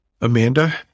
Amanda